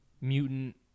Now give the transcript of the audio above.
mutant